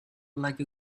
like